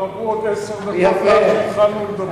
וכבר עברו עוד עשר דקות מאז שהתחלנו לדבר על זה.